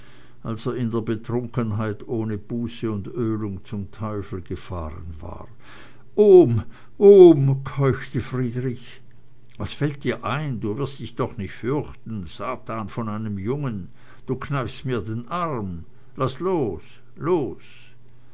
er in der betrunkenheit ohne buße und ölung zum teufel gefahren war ohm ohm keuchte friedrich was fällt dir ein du wirst dich doch nicht fürchten satan von einem jungen du kneipst mir den arm laß los los